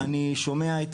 אני שומע את